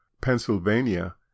Pennsylvania